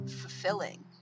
fulfilling